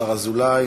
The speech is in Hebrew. השר אזולאי